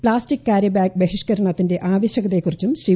plastic carry bag ബഹിഷ്കരിക്കേണ്ടതിന്റെ ആവശ്യകതയെകുറിച്ചും ശ്രീ